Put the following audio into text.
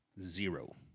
Zero